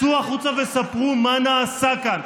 צאו החוצה וספרו מה נעשה כאן.